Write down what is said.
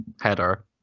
header